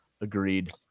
agreed